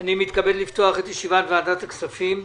אני מתכבד לפתוח את ישיבת ועדת הכספים.